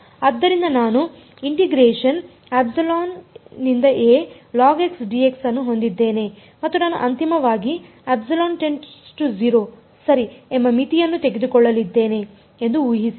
ಆದ್ದರಿಂದ ನಾನು ಅನ್ನು ಹೊಂದಿದ್ದೇನೆ ಮತ್ತು ನಾನು ಅಂತಿಮವಾಗಿ ಸರಿ ಎಂಬ ಮಿತಿಯನ್ನು ತೆಗೆದುಕೊಳ್ಳಲಿದ್ದೇನೆ ಎಂದು ಊಹಿಸಿ